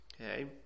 Okay